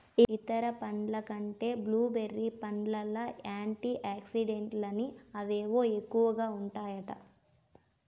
ఇతర పండ్ల కంటే బ్లూ బెర్రీ పండ్లల్ల యాంటీ ఆక్సిడెంట్లని అవేవో ఎక్కువగా ఉంటాయట